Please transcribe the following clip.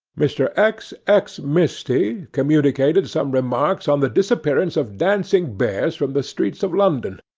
mr. x. x. misty communicated some remarks on the disappearance of dancing-bears from the streets of london,